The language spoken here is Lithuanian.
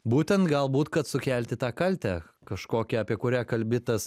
būtent galbūt kad sukelti tą kaltę kažkokią apie kurią kalbi tas